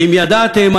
ואם ידעתם,